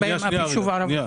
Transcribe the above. אין בהם אף ישוב ערבי?